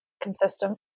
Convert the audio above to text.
Consistent